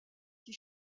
qui